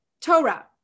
Torah